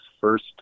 first